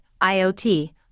IoT